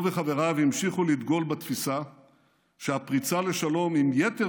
הוא וחבריו המשיכו לדגול בתפיסה שהפריצה לשלום עם יתר